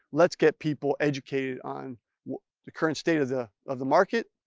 let's get people educated on the current state of the of the market.